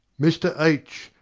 mr. h,